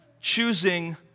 choosing